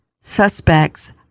suspect's